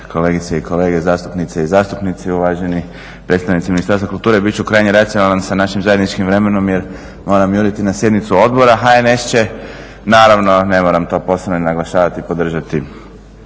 kolegice i kolege zastupnice i zastupnici, uvaženi predstavnici Ministarstva kulture bit ću krajnje racionalan sa našim zajedničkim vremenom jer moram juriti na sjednicu odbora. HNS će naravno ne moram to posebno ni naglašavati podržati